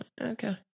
okay